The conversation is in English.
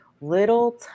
little